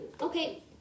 Okay